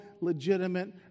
legitimate